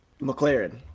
McLaren